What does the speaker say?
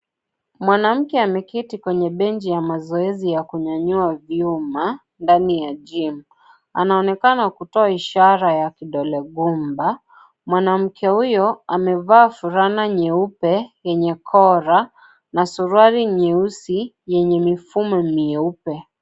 Mwanamke ameketi kwenye benchi ya mazoezi ya kunyanyua vyuma, ndani ya Gym , anaonekana kutoa ishara ya kidole gumba, mwanamke huyu amevaa furana nyeupe yenye kora, na suruari nyeusi, yenye mifumo mieupe.